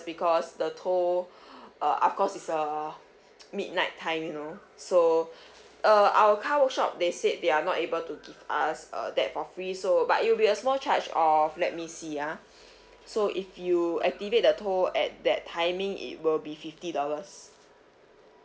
because the toll uh ah cause is a midnight time you know so err our car workshop they said they are not able to give us uh that for free so but it will be a small charge of let me see ah so if you activate the toll at that timing it will be fifty dollars